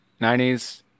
90s